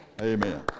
Amen